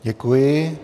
Děkuji.